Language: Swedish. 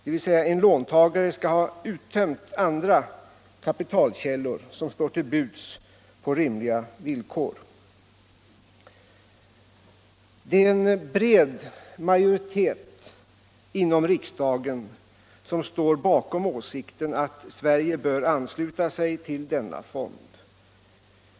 En låntagare skall alltså först ha uttömt andra kapitalkällor som står till buds på rimliga villkor. Det är en bred majoritet inom riksdagen som står bakom åsikten att Sverige bör ansluta sig till denna fond.